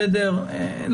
אני